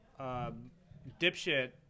dipshit